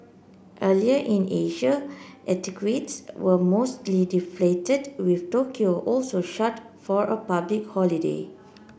earlier in Asia equities were mostly deflated with Tokyo also shut for a public holiday